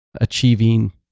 achieving